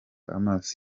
amaso